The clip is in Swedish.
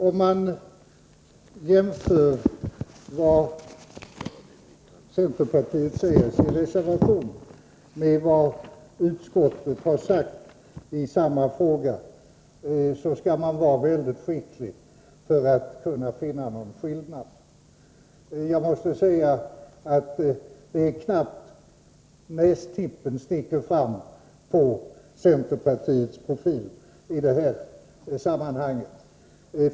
Om man jämför det centerpartiet säger i sin reservation med det utskottet har sagt i samma fråga, skall man vara väldigt skicklig för att kunna finna någon skillnad. Jag måste säga att det är knappt nästippen sticker fram på centerpartiets profil i det här sammanhanget.